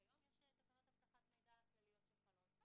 כיום יש תקנות אבטחות מידע כלליות שחלות.